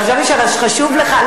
חשבתי שחשוב לך.